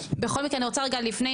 בכל מקרה אני רוצה רגע לפני,